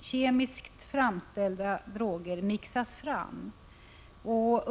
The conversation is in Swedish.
kemiskt framställda droger mixas fram.